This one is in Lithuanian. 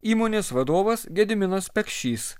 įmonės vadovas gediminas pekšys